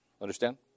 Understand